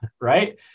right